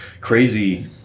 crazy